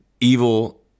evil